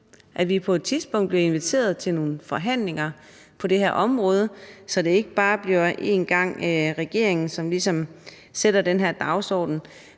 at vi på et tidspunkt bliver inviteret til nogle forhandlinger på det her område, så det ikke bare bliver regeringen, der sætter den her dagsorden,